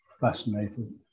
fascinated